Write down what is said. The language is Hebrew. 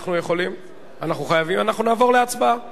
אנחנו נעבור להצבעה.